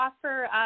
offer